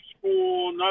school